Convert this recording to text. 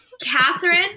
Catherine